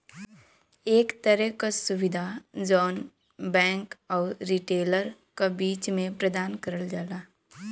एक तरे क सुविधा जौन बैंक आउर रिटेलर क बीच में प्रदान करल जाला